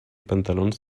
pantalons